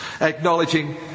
acknowledging